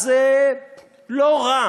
אז זה לא רע